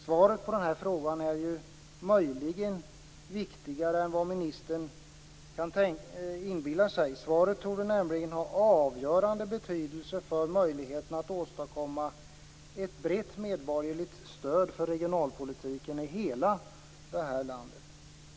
Svaret på den frågan är möjligen viktigare än vad ministern kan inbilla sig. Svaret torde nämligen ha avgörande betydelse för möjligheten att åstadkomma ett brett medborgerligt stöd för regionalpolitiken i hela det här landet.